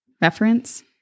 Reference